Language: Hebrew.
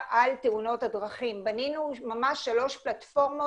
אני בעצמי עוסקת בזה מהיום הראשון שלי בתפקיד במשרד